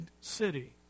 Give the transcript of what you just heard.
city